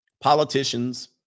politicians